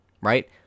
right